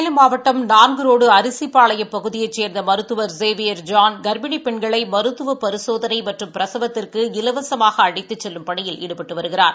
சேலம் மாவட்டம் நான்கு ரோடு அரிசிப்பாளையம் பகுதியைச் சேர்ந்த மருத்துவர் ஷேவியோ ஜான் கா்ப்பிணி பெண்களை மருத்துவ பரிசோதனை மற்றும் பிரசவத்திற்கு இலவசமாக அழைத்துச் செல்லும் பணியில் ஈடுபட்டு வருகிறார்